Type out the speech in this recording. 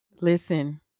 listen